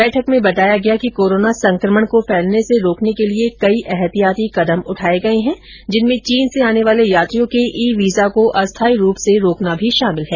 बैठक में बताया गया कि कोरोना संक्रमण को फैलने से रोकने के लिए कई ऐहतियाति कदम उठाए गए है जिनमें चीन से आने वाले यात्रियों के ई वीजा को अस्थायी रूप से रोकना भी शामिल है